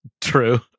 True